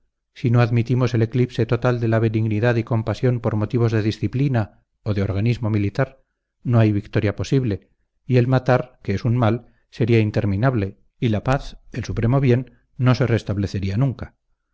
si no admitimos el eclipse total de la benignidad y compasión por motivos de disciplina o de organismo militar no hay victoria posible y el matar que es un mal sería interminable y la paz el supremo bien no se restablecería nunca